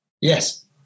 Yes